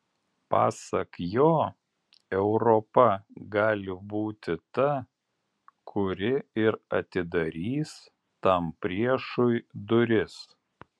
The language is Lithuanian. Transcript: pasak jo europa gali būti ta kuri ir atidarys tam priešui duris